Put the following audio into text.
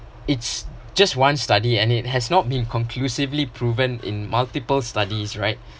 it's just one study and it has not been conclusively proven in multiple studies right